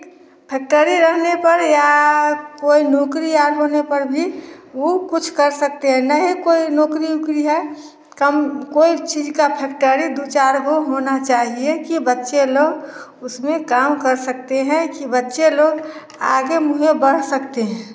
factory रहने पर या कोई नौकरी या होने पर भी वह कुछ कर सकते हैं नहीं कोई नौकरी की है कम कोई चीज़ का फैक्टरी दो चार तो होना चाहिए कि बच्चे लोग उसमें काम कर सकते हैं कि बच्चे लोग आगे मुहे बढ़ सकते हैं